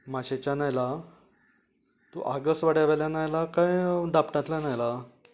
माशेंच्यान आयलां तूं आगास वाड्यावयल्यान आयलां काय दापटांतल्यान आयलां